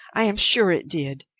i am sure it did.